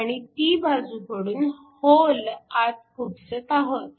आणि p बाजूकडून hole आत खुपसत आहोत